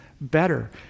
better